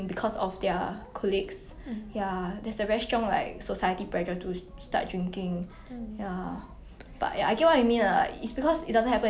storyline that gets drive like how to say like move forward because of drinking like 因为每次很多那种戏 when they drink then they confess to each other